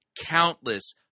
countless